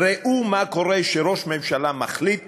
ראו מה קורה כשראש ממשלה מחליט